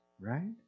Right